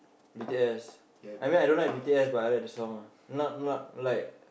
B_T_S I mean I don't like B_T_S but I like the song ah not not like